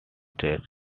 straight